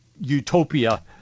utopia